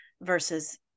versus